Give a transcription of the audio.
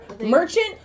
Merchant